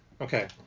Okay